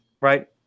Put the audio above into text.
right